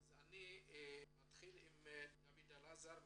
אני מתחיל עם דוד אלעזר,